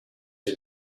you